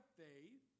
faith